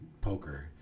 poker